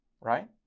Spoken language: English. right